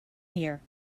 here